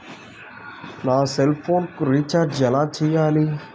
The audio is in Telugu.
నా సెల్ఫోన్కు రీచార్జ్ ఎలా చేయాలి?